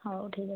ହଉ ଠିକ୍ ଅଛି